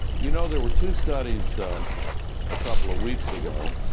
you know, there were two studies a couple of weeks ago,